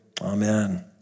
Amen